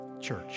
church